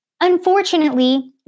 Unfortunately